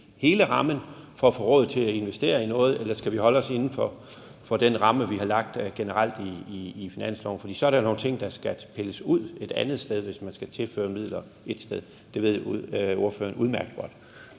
hele rammen for at få råd til at investere i noget, eller skal vi holde os inden for den ramme, vi har lagt generelt i finansloven? For så er der jo nogle ting, der skal pilles ud et andet sted, hvis man skal tilføre midler et sted. Det ved ordføreren udmærket godt.